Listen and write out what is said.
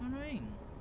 no annoying